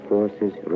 Forces